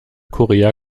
korea